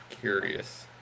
curious